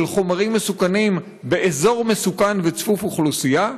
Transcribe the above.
חומרים מסוכנים באזור מסוכן וצפוף אוכלוסייה?